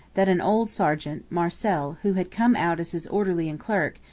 that an old sergeant, marcel, who had come out as his orderly and clerk,